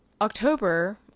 October